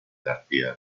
garcía